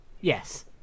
Yes